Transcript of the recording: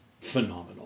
phenomenal